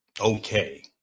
okay